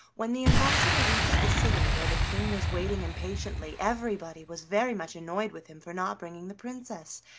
when the ambassador reached the city, where the king was waiting impatiently, everybody was very much annoyed with him for not bringing the princess,